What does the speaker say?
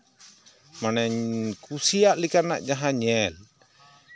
ᱢᱟᱱᱮᱧ ᱠᱩᱥᱤᱭᱟᱜ ᱞᱮᱠᱟᱱᱟᱜ ᱡᱟᱦᱟᱸ ᱧᱮᱞ